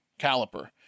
Caliper